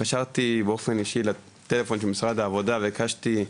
התקשרתי באופן אישי לטלפון של משרד העבודה והקשתי,